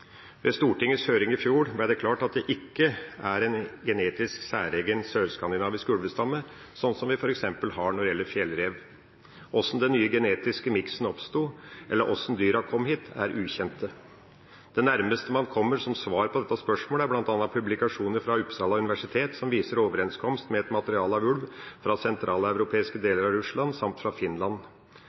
ved reintroduksjon. På Stortingets høring i fjor ble det klart at det ikke er en genetisk særegen sørskandinavisk ulvestamme, slik vi f.eks. har når det gjelder fjellrev. Hvordan den nye genetiske miksen oppsto, eller hvordan dyrene kom hit, er ukjent. Det nærmeste man kommer som svar på dette spørsmålet, er bl.a. publikasjoner fra Uppsala universitet som viser overenskomst med et materiale av ulv fra sentraleuropeiske deler av Russland samt fra Finland.